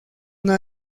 una